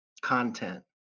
content